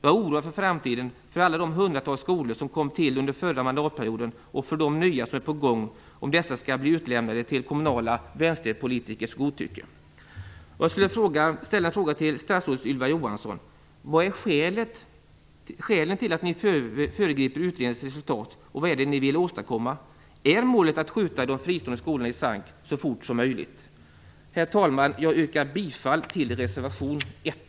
Jag är oroad för framtiden för alla de hundratals skolor som kom till under förra mandatperioden och för de nya som är på gång om dessa skall bli utlämnade till kommunala vänsterpolitikers godtycke. Vad är skälen till att ni föregriper utredningens resultat och vad är det ni vill åstadkomma? Är målet att skjuta de fristående skolorna i sank så fort som möjligt? Herr talman! Jag yrkar bifall till reservation 1.